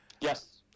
Yes